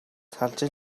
салж